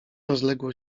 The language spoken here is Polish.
rozległo